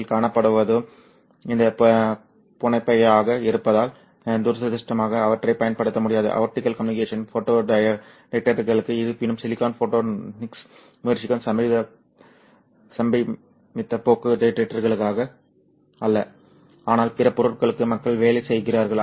யில் காணப்படுவதும் இந்த புனையமைப்பாக இருப்பதால் துரதிர்ஷ்டவசமாக அவற்றைப் பயன்படுத்த முடியாது ஆப்டிகல் கம்யூனிகேஷன் ஃபோட்டோ டிடெக்டர்களுக்கு இருப்பினும் சிலிக்கான் ஃபோட்டானிக்ஸ் முயற்சிக்கும் சமீபத்திய போக்கு டிடெக்டர்களுக்காக அல்ல ஆனால் பிற பொருட்களுக்கு மக்கள் வேலை செய்கிறார்கள்